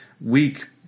week